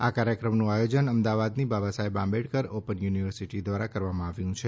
આ કાર્યક્રમનું આયોજન અમદાવાદની Babasaheb Ambedkar open university દ્વારા કરવામાં આવ્યું છે